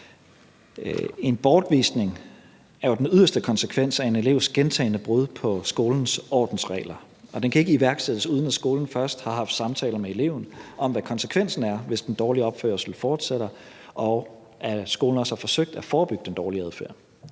En bortvisning er jo den yderste konsekvens af en elevs gentagne brud på skolens ordensregler, og den kan ikke iværksættes, uden skolen først har haft samtaler med eleven om, hvad konsekvensen er, hvis den dårlige opførsel fortsætter, og uden skolen først har forsøgt at forebygge dårlig adfærd.